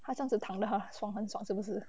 它这样子躺的啊爽很爽是不是